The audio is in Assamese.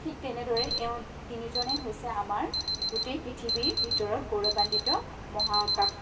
ঠিক তেনেদৰে এওঁ তিনিজনেই হৈছে আমাৰ গোটেই পৃথিৱীৰ ভিতৰত গৌৰৱান্বিত মহাকাশ